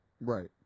Right